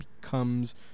becomes